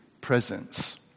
presence